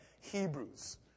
Hebrews